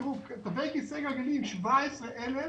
תראו, תווי כיסא גלגלים 17 אלף,